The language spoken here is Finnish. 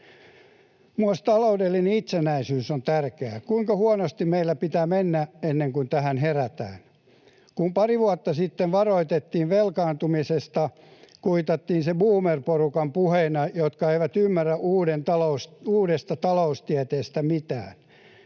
Myös taloudellinen itsenäisyys on tärkeää. Kuinka huonosti meillä pitää mennä ennen kuin tähän herätään? Kun pari vuotta sitten varoitettiin velkaantumisesta, kuitattiin se boomer-porukan puheina, joissa ei ymmärretä uudesta taloustieteestä mitään.